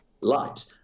light